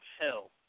hell